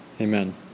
Amen